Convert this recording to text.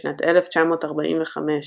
בשנת 1945,